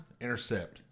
intercept